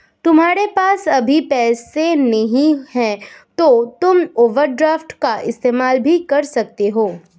तुम्हारे पास अभी पैसे नहीं है तो तुम ओवरड्राफ्ट का इस्तेमाल भी कर सकते हो